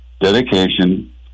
dedication